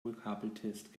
vokabeltest